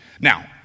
Now